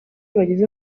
bagize